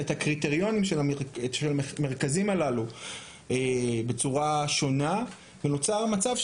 הקריטריונים של המרכזים הללו בצורה שונה ונוצר מצב,